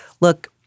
look